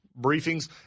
briefings